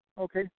Okay